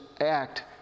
act